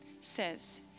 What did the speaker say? says